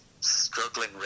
struggling